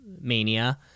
Mania